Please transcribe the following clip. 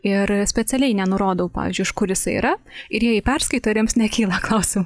ir specialiai nenurodau pavyzdžiui iš kur jisai yra ir jie jį perskaito ir jiems nekyla klausimų